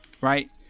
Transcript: Right